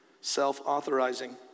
self-authorizing